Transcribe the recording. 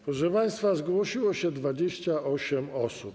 Proszę państwa, zgłosiło się 28 osób.